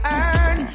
earn